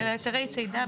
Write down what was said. היתרי צידה.